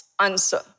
Answer